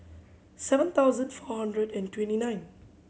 seven thousand four hundred and twenty nine